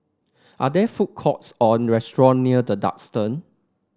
are there food courts or restaurant near The Duxton